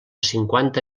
cinquanta